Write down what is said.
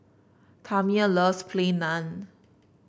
Tamia loves Plain Naan